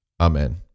Amen